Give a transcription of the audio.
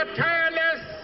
tireless